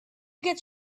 gets